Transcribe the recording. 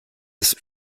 ist